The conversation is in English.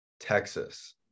Texas